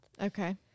Okay